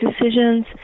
decisions